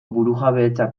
burujabetza